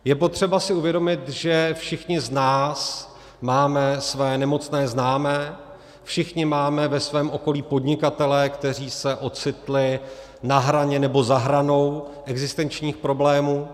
Je potřeba si uvědomit, že všichni z nás máme své nemocné známé, všichni máme ve svém okolí podnikatele, kteří se ocitli na hraně nebo za hranou existenčních problémů.